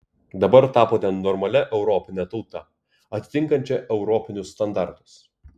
dabar tapote normalia europine tauta atitinkančia europinius standartus